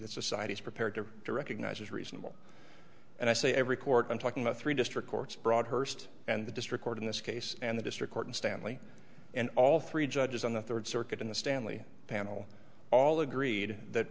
that society is prepared to to recognize as reasonable and i say every court i'm talking about three district courts broadhurst and the district court in this case and the district court in stanley and all three judges on the third circuit in the stanley panel all agreed that